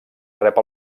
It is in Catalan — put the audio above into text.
rep